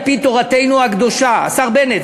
על-פי תורתנו הקדושה" השר בנט,